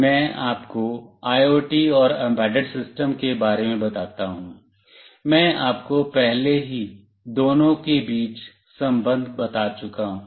में आपको आईओटी और एम्बेडेड सिस्टम के बारे बताता हूं मैं आपको पहले ही दोनों के बीच संबंध बता चुका हूं